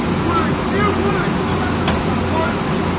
words, mere words, no matter from the heart